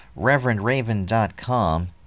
ReverendRaven.com